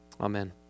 Amen